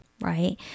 right